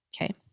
Okay